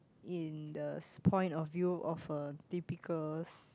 in the point of view of a typical